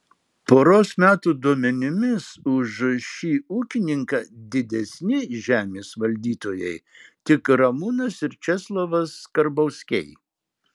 poros metų duomenimis už šį ūkininką didesni žemės valdytojai tik ramūnas ir česlovas karbauskiai